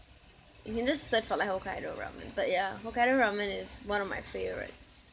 you can just search for like Hokkaido ramen but ya Hokkaido ramen is one of my favourites